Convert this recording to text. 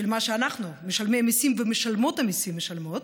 שאנחנו, משלמי המיסים ומשלמות המיסים, משלמות,